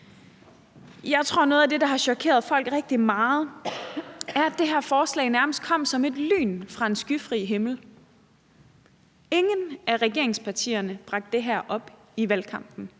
Jeg tror, at noget af det, der har chokeret folk rigtig meget, er, at det her forslag nærmest kom som et lyn fra en skyfri himmel. Ingen af regeringspartierne bragte det her op i valgkampen,